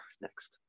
next